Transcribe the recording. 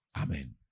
Amen